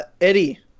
Eddie